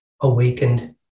awakened